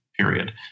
period